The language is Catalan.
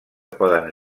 poden